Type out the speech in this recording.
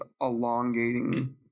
elongating